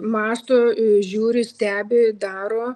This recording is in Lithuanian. mąsto žiūri stebi daro